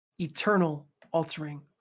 eternal-altering